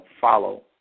Follow